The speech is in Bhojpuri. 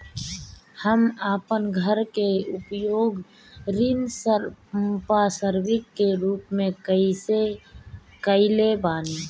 हम अपन घर के उपयोग ऋण संपार्श्विक के रूप में कईले बानी